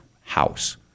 house